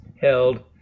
held